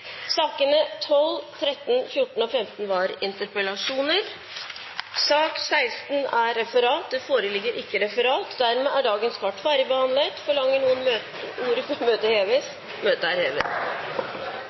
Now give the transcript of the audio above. sakene nr. 12–15 foreligger det ikke noe voteringstema. Det foreligger ikke noe referat. Dermed er dagens kart ferdigbehandlet. Forlanger noen ordet før møtet heves?